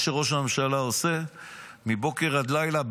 מה שראש הממשלה עושה מבוקר עד לילה,